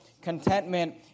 contentment